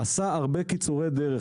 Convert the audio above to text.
זה עשה הרבה קיצורי דרך,